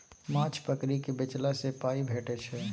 माछ पकरि केँ बेचला सँ पाइ भेटै छै